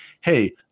hey